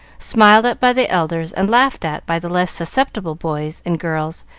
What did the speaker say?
smiled at by the elders, and laughed at by the less susceptible boys and girls,